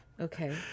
Okay